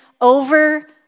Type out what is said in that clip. over